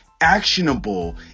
actionable